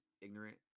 ignorant